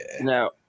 No